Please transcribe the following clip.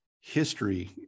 history